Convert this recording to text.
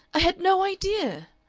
i had no idea!